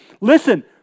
listen